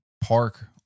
park